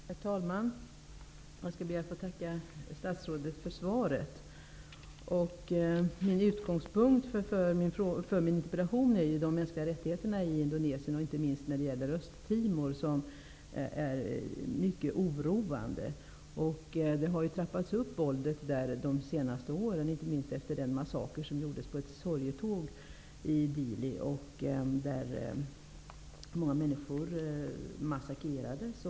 Herr talman! Jag ber att få tacka statsrådet för svaret. Utgångspunkten för min interpellation är de mänskliga rättigheterna i Indonesien, och inte minst i Östtimor där situationen är mycket oroande. Våldet där har trappats upp under de senaste åren, särskilt efter den massaker som anställdes i samband med ett sorgetåg i Dili, där många människor massakerades.